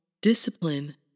discipline